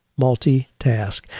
multitask